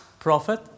Prophet